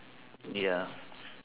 ya